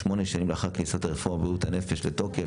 שמונה שנים לאחר כניסת הרפורמה בבריאות הנפש לתוקף